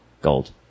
Gold